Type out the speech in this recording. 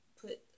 put